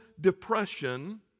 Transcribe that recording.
depression